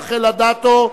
רחל אדטו,